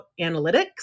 analytics